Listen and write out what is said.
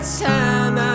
time